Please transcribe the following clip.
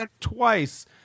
twice